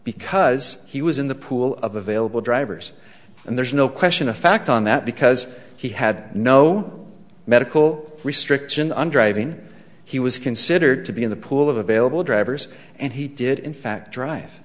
because he was in the pool of available drivers and there's no question of fact on that because he had no medical restriction on driving he was considered to be in the pool of available drivers and he did in fact drive